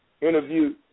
interview